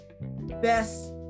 Best